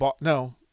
no